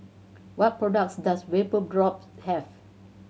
what products does Vapodrops have